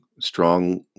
strong